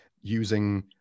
using